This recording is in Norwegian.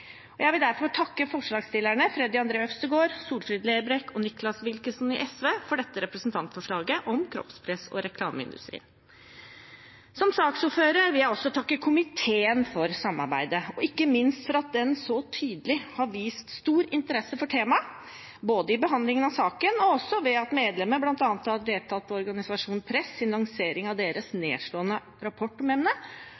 Jeg vil derfor takke forslagsstillerne, Freddy André Øvstegård, Solfrid Lerbrekk og Nicholas Wilkinson i SV, for dette representantforslaget om kroppspress og reklameindustrien. Som saksordfører vil jeg også takke komiteen for samarbeidet og ikke minst for at den så tydelig har vist stor interesse for temaet, både i behandlingen i saken og ved at medlemmer bl.a. har deltatt på organisasjonen Press’ lansering av deres